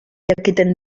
jakiten